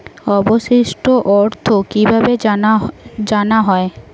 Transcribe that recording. অবশিষ্ট অর্থ কিভাবে জানা হয়?